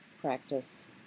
practice